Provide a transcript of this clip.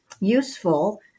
useful